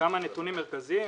כמה נתונים מרכזיים.